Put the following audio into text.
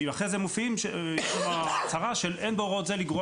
כי יש שם הצהרה של "אין בהוראות סעיף זה לגרוע